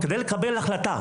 כדי לקבל החלטה,